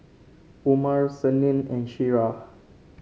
Umar Senin and Syirah